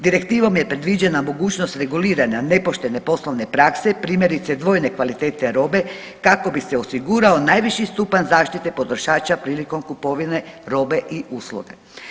Direktivom je predviđena mogućnost reguliranja nepoštene poslovne prakse, primjerice dvojne kvalitete robe kako bi se osigurao najviši stupanj zaštite potrošača prilikom kupovine robe i usluga.